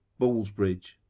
Ballsbridge